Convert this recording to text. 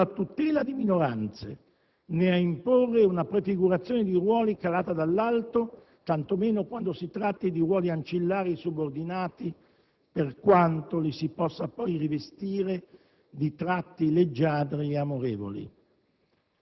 alla tutela di minoranze, né a imporre una prefigurazione di ruoli calata dall'alto, tanto meno quando si tratti di ruoli ancillari e subordinati, per quanto li si possa poi rivestire di tratti leggiadri e amorevoli.